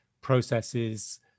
processes